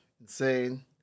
Insane